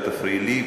אל תפריעי לי,